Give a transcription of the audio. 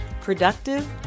productive